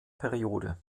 periode